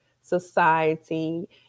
society